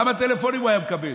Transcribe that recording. כמה טלפונים הוא היה מקבל.